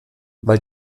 weil